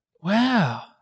Wow